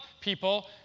people